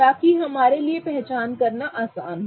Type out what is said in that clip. ताकि हमारे लिए पहचान करना आसान हो